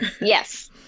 yes